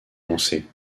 lancée